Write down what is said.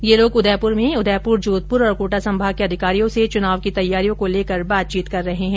ये लोग उदयपुर में उदयपुर जोधपुर और कोटा संभोग के अधिकारियों से चुनाव की तैयारियों को लेकर बातचीत कर रहे है